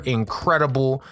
incredible